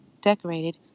decorated